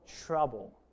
Trouble